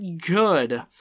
good